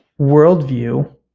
worldview